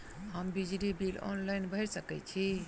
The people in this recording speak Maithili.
हम बिजली बिल ऑनलाइन भैर सकै छी?